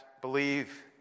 Believe